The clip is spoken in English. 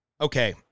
Okay